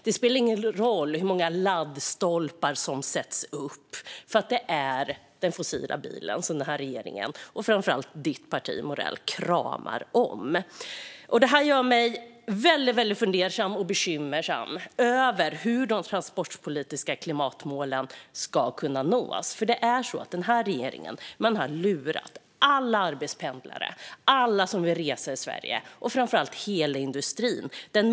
Det spelar ingen roll hur många laddstolpar som sätts upp, för det är den fossila bilen som den här regeringen och framför allt ditt parti, Morell, kramar om. Det här gör mig väldigt fundersam och bekymrad över hur de transportpolitiska klimatmålen ska kunna nås. Det är ju så att den här regeringen har lurat alla arbetspendlare, alla som vill resa i Sverige och framför allt hela industrin.